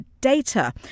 data